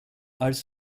als